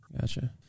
Gotcha